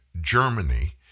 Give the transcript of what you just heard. Germany